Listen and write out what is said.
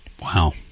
Wow